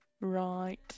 Right